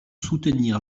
soutenir